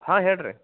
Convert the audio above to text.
ಹಾಂ ಹೇಳಿ ರೀ